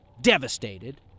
devastated